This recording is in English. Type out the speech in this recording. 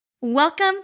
Welcome